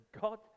God